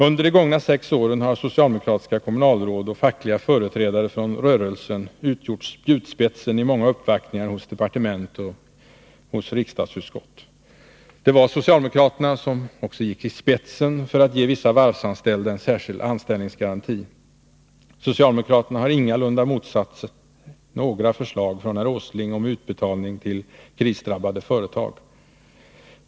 Under de gångna sex åren har socialdemokratiska kommunalråd och fackliga företrädare från ”rörelsen” utgjort spjutspetsen i många uppvaktningar hos departement och riksdagsutskott. Det var socialdemokraterna som gick i spetsen för att ge vissa varvsanställda en särskild ”anställningsgaranti”. Socialdemokraterna har ingalunda motsatt sig några förslag från herr Åsling om utbetalning till krisdrabbade företag.